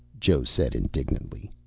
joe said indignantly.